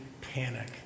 panic